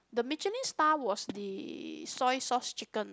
the Michelin Star was the soy sauce chicken